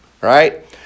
right